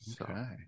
Okay